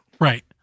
Right